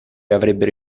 avrebbero